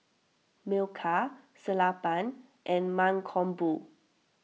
Milkha Sellapan and Mankombu